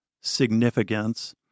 significance